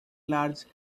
large